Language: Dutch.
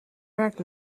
werk